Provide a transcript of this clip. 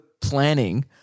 planning